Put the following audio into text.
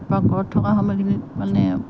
পাকঘৰত থকা সময়খিনিত মানে